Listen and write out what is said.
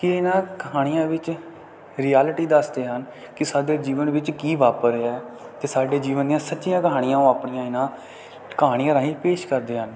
ਕਿ ਇਹਨਾਂ ਕਹਾਣੀਆਂ ਵਿੱਚ ਰਿਐਲੀਟੀ ਦੱਸਦੇ ਹਨ ਕਿ ਸਾਡੇ ਜੀਵਨ ਵਿੱਚ ਕੀ ਵਾਪਰ ਰਿਹਾ ਅਤੇ ਸਾਡੇ ਜੀਵਨ ਦੀਆਂ ਸੱਚੀਆਂ ਕਹਾਣੀਆਂ ਉਹ ਆਪਣੀਆਂ ਇਹਨਾਂ ਕਹਾਣੀਆਂ ਰਾਹੀਂ ਪੇਸ਼ ਕਰਦੇ ਹਨ